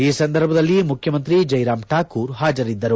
ಈ ಸಂದರ್ಭದಲ್ಲಿ ಮುಖ್ಯಮಂತ್ರಿ ಜೈರಾಮ್ ಠಾಕೂರ್ ಹಾಜರಿದ್ದರು